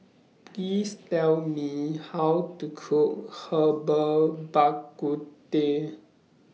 Please Tell Me How to Cook Herbal Bak Ku Teh